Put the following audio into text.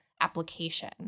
application